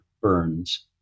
Burns